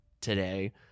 today